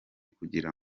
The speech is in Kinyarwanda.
kugira